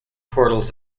portals